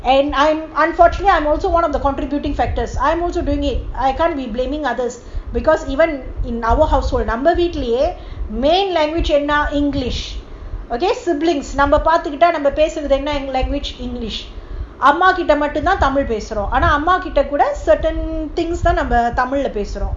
and I'm unfortunately I'm also one of the contributing factors I'm also doing it I can't be blaming others because even in our house நம்மவீட்லயே:namma veetlaye main language என்ன:enna english okay siblings பேசுறதுஎன்ன:pesurathu enna english அம்மாகிட்டமட்டும்தான்தமிழ்பேசுறோம்:ammakita mattumthan tamil pesurom